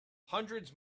hundreds